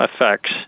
effects